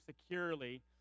securely